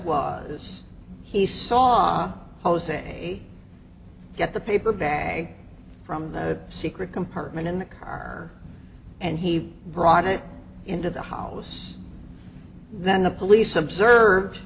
was he saw jose get the paper bag from the secret compartment in the car and he brought it into the house then the police observed